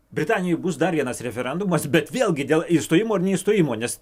britanijoj bus dar vienas referendumas bet vėlgi dėl išstojimo ar neišstojimo nes